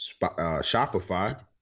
Shopify